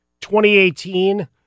2018